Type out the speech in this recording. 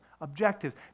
objectives